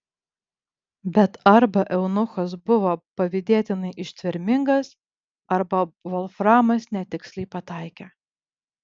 bet arba eunuchas buvo pavydėtinai ištvermingas arba volframas netiksliai pataikė